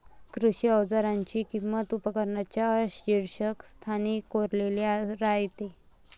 कृषी अवजारांची किंमत उपकरणांच्या शीर्षस्थानी कोरलेली राहते